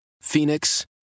Phoenix